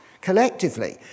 collectively